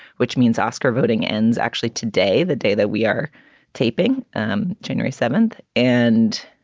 which means oscar voting ends actually today, the day that we are taping and january seventh. and,